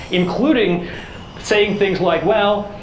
including saying things like, well,